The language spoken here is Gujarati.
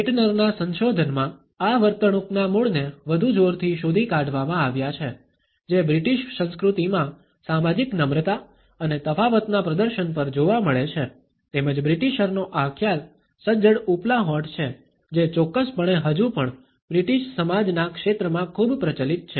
કેટનરના સંશોધનમાં આ વર્તણૂકના મૂળને વધુ જોરથી શોધી કાઢવામાં આવ્યા છે જે બ્રિટિશ સંસ્કૃતિમાં સામાજિક નમ્રતા અને તફાવતના પ્રદર્શન પર જોવા મળે છે તેમજ બ્રિટિશરનો આ ખ્યાલ સજ્જડ ઉપલા હોઠ છે જે ચોક્કસપણે હજુ પણ બ્રિટીશ સમાજના ક્ષેત્રમાં ખૂબ પ્રચલિત છે